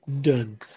done